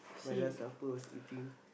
my last supper was eating